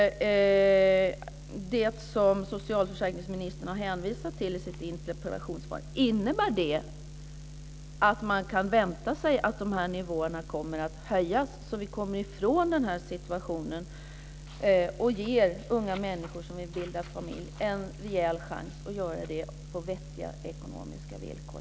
Det som socialförsäkringsministern hänvisade till i sitt interpellationssvar, innebär det att man kan vänta sig att nivåerna kommer att höjas så att de unga människor som vill bilda familj får en rejäl chans att göra det på vettiga ekonomiska villkor?